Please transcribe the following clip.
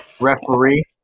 Referee